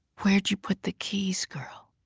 where'd you put the keys, girl?